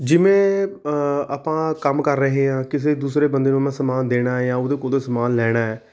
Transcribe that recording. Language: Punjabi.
ਜਿਵੇਂ ਆਪਾਂ ਕੰਮ ਕਰ ਰਹੇ ਹਾਂ ਕਿਸੇ ਦੂਸਰੇ ਬੰਦੇ ਨੂੰ ਮੈਂ ਸਮਾਨ ਦੇਣਾ ਹੈ ਜਾਂ ਉਹਦੇ ਕੋਲੋਂ ਸਮਾਨ ਲੈਣਾ ਹੈ